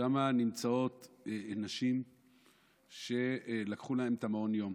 שם נמצאות נשים שלקחו להן את מעון היום,